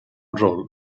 role